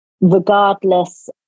regardless